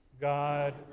God